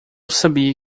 sabia